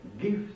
gifts